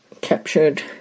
captured